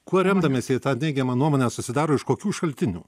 kuo remdamiesi jie tą neigiamą nuomonę susidaro iš kokių šaltinių